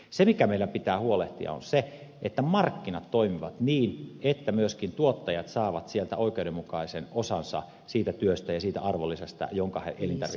se mistä meidän pitää huolehtia on se että markkinat toimivat niin että myöskin tuottajat saavat oikeudenmukaisen osansa siitä työstä ja siitä arvonlisästä jonka he elintarvikeketjuun tekevät